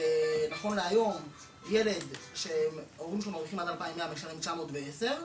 נכון להיום ילד שההורים שלו מרוויחים עד 2,100 משלם 910,